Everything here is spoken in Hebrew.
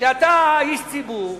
כשאתה איש ציבור,